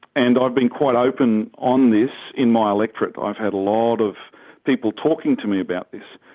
and i've been quite open on this in my electorate. i've had a lot of people talking to me about this.